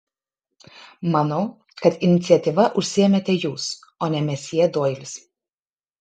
manau kad iniciatyva užsiėmėte jūs o ne mesjė doilis